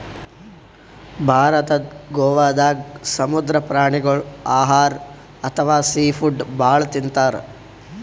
ಭಾರತದ್ ಗೋವಾದಾಗ್ ಸಮುದ್ರ ಪ್ರಾಣಿಗೋಳ್ ಆಹಾರ್ ಅಥವಾ ಸೀ ಫುಡ್ ಭಾಳ್ ತಿಂತಾರ್